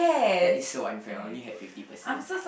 that is so unfair I only had fifty percent